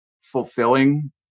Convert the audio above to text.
fulfilling